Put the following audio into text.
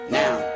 now